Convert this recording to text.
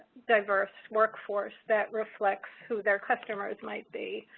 diverse workforce, that reflects who their customers might be.